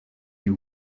you